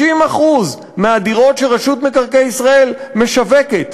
60% מהדירות שרשות מקרקעי ישראל משווקת,